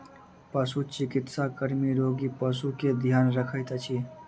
पशुचिकित्सा कर्मी रोगी पशु के ध्यान रखैत अछि